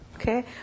Okay